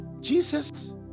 Jesus